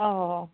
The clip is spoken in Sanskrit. ओ हो